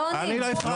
אני לא הפרעתי לך.